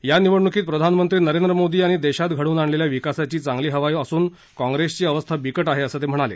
या निवडणुकीत प्रधान मंत्री नरेंद्र मोदी यांनी देशात घडवून आणलेल्या विकासाची चांगली हवा असून काँप्रेसची अवस्था बिकट आहे असं ते म्हणाले